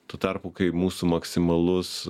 tuo tarpu kai mūsų maksimalus